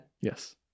yes